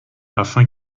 afin